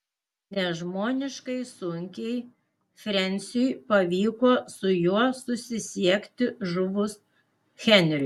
nežmoniškai sunkiai frensiui pavyko su juo susisiekti žuvus henriui